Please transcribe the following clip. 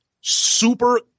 super